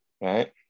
right